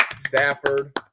Stafford